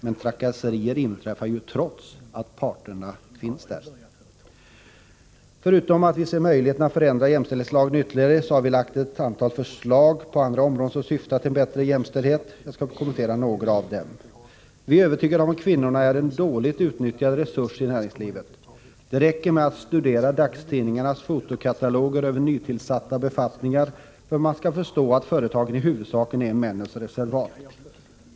Men trakasserier inträffar ju trots att parterna finns där. Förutom att vi ser möjligheten att förändra jämställdhetslagen ytterligare har vi lagt fram ett stort antal förslag på andra områden som syftar till en förbättrad jämställdhet. Jag skall kommentera några av dem. Vi är övertygade om att kvinnorna är en dåligt utnyttjad resurs i näringslivet. Det räcker med att studera dagstidningarnas fotokataloger över nytillsatta befattningar för att man skall förstå att företagen i huvudsak är männens reservat.